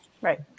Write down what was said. Right